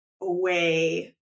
away